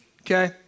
Okay